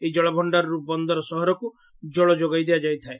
ଏହି ଜଳଭଣାରର୍ ବନ୍ଦର ସହରକ ଜଳ ଯୋଗାଇ ଦିଆଯାଇଥାଏ